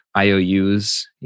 IOUs